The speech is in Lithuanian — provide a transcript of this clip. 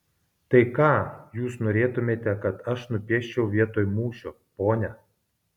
tai ką jūs norėtumėte kad aš nupieščiau vietoj mūšio ponia